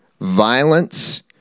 violence